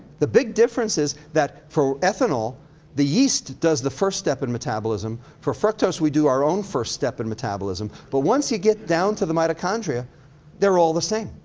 the big difference is that for ethanol the yeast does the first step in metabolism. for fructose, we do our own first step in metabolism, but once you get down to the mitochondria they're all the same.